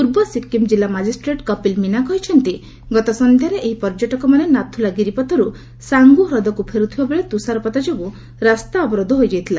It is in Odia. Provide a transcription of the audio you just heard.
ପୂର୍ବ ସିକିମ୍ ଜିଲ୍ଲା ମାଜିଷ୍ଟ୍ରେଟ୍ କପିଲ୍ ମିନା କହିଛନ୍ତି ଗତ ସନ୍ଧ୍ୟାରେ ଏହି ପର୍ଯ୍ୟଟକମାନେ ନାଥୁଲା ଗିରିପଥରୁ ସାଙ୍ଗୁ ହ୍ରଦକୁ ଫେରୁଥିବାବେଳେ ତୁଷାରପାତ ଯୋଗୁଁ ରାସ୍ତା ଅବରୋଧ ହୋଇଯାଇଥିଲା